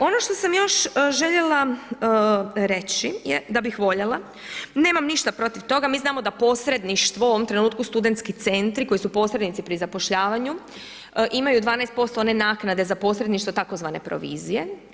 Ono što sam još željela reći je da bih voljela, nemam ništa protiv toga, mi znamo da posredništvo u ovom trenutku studentski centri koji su posrednici pri zapošljavanju imaju 12% one naknade za posredništvo tzv. provizije.